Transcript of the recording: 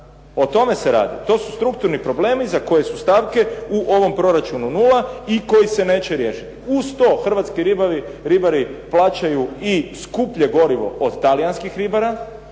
O tome se radi. To su strukturni problemi za koje su stavke u ovom proračunu nula i koje se neće riješiti. Uz to hrvatski ribari plaćaju i skuplje gorivo od talijanskih ribara,